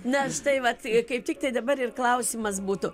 na štai vat kaip tiktai dabar ir klausimas būtų